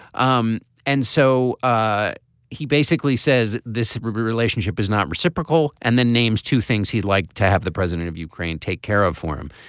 um and so ah he basically says this relationship is not reciprocal. and then names two things he'd like to have the president of ukraine take care of for him.